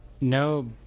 No